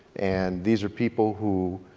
and these are people who,